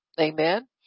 Amen